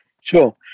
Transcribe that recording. Sure